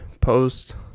post